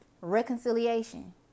Reconciliation